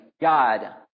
God